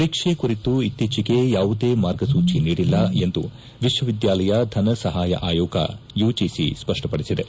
ಪರೀಕ್ಷೆ ಕುರಿತು ಇತ್ತೀಚೆಗೆ ಯಾವುದೇ ಮಾರ್ಗಸೂಚಿ ನೀಡಿಲ್ಲ ಎಂದು ವಿಕ್ಷವಿದ್ದಾಲಯ ಧನ ಸಹಾಯ ಆಯೋಗ ಯುಜಿಸಿ ಸ್ಪಷ್ಷಪಡಿಸಿದೆ